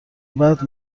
بعد